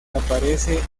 aparece